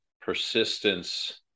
persistence